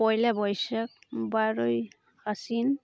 ᱯᱚᱭᱞᱟ ᱵᱳᱭᱥᱟᱠᱷ ᱵᱟᱨᱚᱭ ᱟᱥᱤᱱ